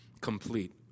complete